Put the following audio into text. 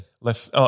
left